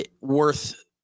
worth